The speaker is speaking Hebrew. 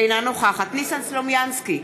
אינה נוכחת ניסן סלומינסקי,